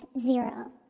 zero